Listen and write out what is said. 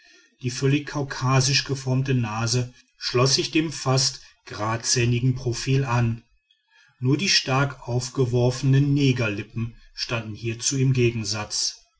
die völlig kaukasisch geformte nase schloß sich dem fast geradzähnigen profil an nur die stark aufgeworfenen negerlippen standen hierzu im gegensatz